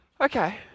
okay